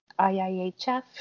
IIHF